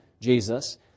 Jesus